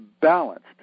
balanced